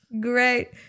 Great